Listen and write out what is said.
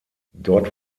dort